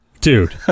Dude